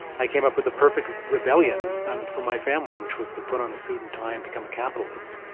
i came up with the perfect rebellion um from my family, which was to put on a suit and tie and become a capitalist.